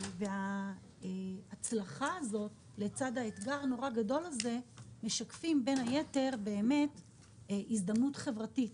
אבל זה דבר שמשקף גם הזדמנות חברתית.